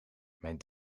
mijn